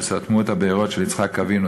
שסתמו את הבארות של יצחק אבינו.